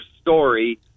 Story